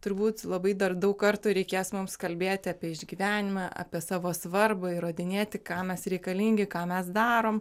turbūt labai dar daug kartų reikės mums kalbėti apie išgyvenimą apie savo svarbą įrodinėti kam mes reikalingi ką mes darom